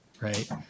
Right